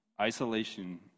Isolation